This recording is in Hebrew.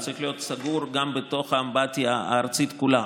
הוא צריך להיות סגור גם בתוך האמבטיה הארצית כולה.